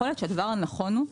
יכול להיות שהדבר הנכון הוא,